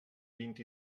vint